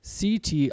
CT